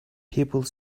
people